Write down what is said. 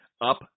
up